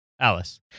Alice